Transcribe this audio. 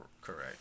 correct